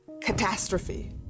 catastrophe